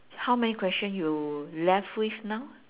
how many question you left with now